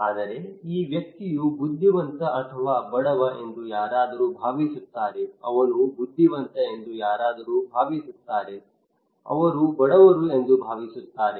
ಆದರೆ ಈ ವ್ಯಕ್ತಿಯು ಬುದ್ಧಿವಂತ ಅಥವಾ ಬಡವ ಎಂದು ಯಾರಾದರೂ ಭಾವಿಸುತ್ತಾರೆ ಅವನು ಬುದ್ಧಿವಂತ ಎಂದು ಯಾರಾದರೂ ಭಾವಿಸುತ್ತಾರೆ ಅವರು ಬಡವರು ಎಂದು ಭಾವಿಸುತ್ತಾರೆ